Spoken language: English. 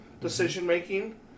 decision-making